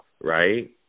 right